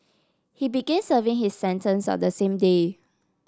he began serving his sentence on the same day